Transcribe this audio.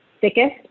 thickest